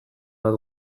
bat